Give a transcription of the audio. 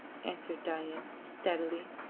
answered dain, steadily,